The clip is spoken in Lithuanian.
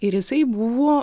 ir jisai buvo